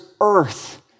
earth